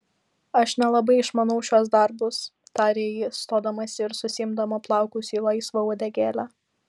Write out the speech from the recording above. aš nelabai išmanau šiuos darbus tarė ji stodamasi ir susiimdama plaukus į laisvą uodegėlę